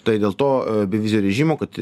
tai dėl to bevizio režimo kad